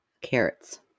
Carrots